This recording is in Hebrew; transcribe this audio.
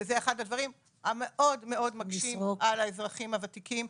שזה אחד הדברים המאוד מאוד מקשים על האזרחים הוותיקים.